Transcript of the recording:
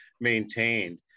maintained